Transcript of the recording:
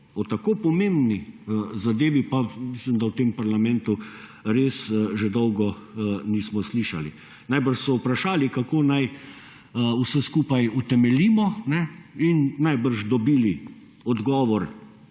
(nadaljevanje) zadevi pa mislim, da v tem parlamentu res že dolgo nismo slišali. Najbrž so vprašali kako naj vse skupaj utemeljimo in najbrž dobili odgovor